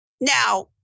Now